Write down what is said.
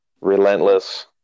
relentless